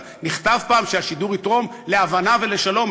נכתב פעם שהשידור יתרום להבנה ולשלום.